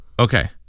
okay